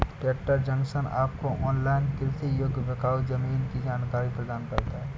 tractor Junction आपको online कृषि योग्य बिकाऊ जमीन की जानकारी प्रदान करता है